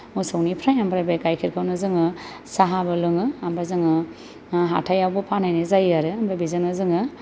मोसौनिफ्राय ओमफ्राय बे गाइखेरखौनो जोङो साहाबो लोङो ओमफ्राय जोङो हाथायावबो फानहैनाय जायो आरो ओमफ्राय बेजोंनो जोङो